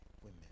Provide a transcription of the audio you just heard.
women